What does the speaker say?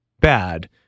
bad